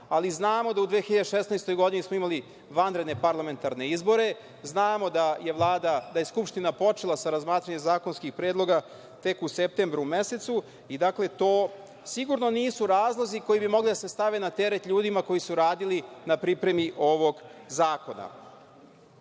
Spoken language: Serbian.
ali znamo da smo u 2016. godini imali vanredne parlamentarne izbore, znamo da je Skupština počela sa razmatranjem zakonskih predloga tek u septembru mesecu. Dakle, to sigurno nisu razlozi koji bi mogli da se stave na teret ljudima koji su radili na pripremi ovog zakona. Takođe,